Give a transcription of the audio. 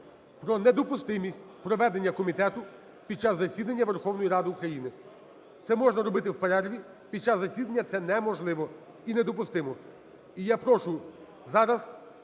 про недопустимість проведення комітету під час засідання Верховної Ради України. Це можна робити в перерві, під час засідання це неможливо і недопустимо. І я прошу зараз